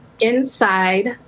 inside